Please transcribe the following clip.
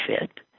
fit